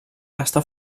està